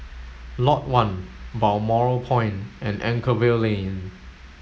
Lot One Balmoral Point and Anchorvale Lane